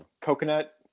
coconut